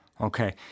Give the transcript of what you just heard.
Okay